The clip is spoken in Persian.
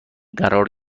قرار